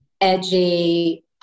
edgy